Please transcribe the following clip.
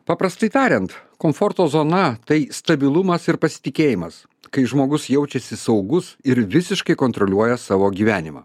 paprastai tariant komforto zona tai stabilumas ir pasitikėjimas kai žmogus jaučiasi saugus ir visiškai kontroliuoja savo gyvenimą